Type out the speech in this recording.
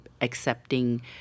accepting